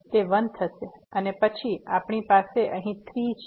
તે 1 થશે અને પછી આપણી પાસે અહીં 3 છે